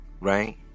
Right